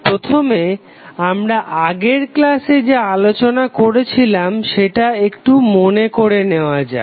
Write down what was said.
প্রথমে আমরা আগের ক্লাসে যা আলোচনা করেছিলাম সেটা একটু মনে করে নেওয়া যাক